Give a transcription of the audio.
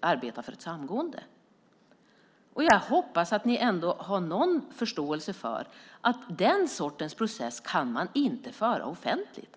arbeta för ett samgående. Jag hoppas att ni har någon förståelse för att den sortens process inte kan vara offentlig.